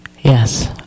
Yes